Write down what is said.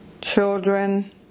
children